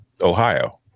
Ohio